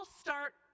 start